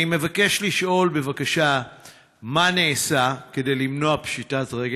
אני מבקש לשאול: 1. מה נעשה כדי למנוע פשיטת רגל?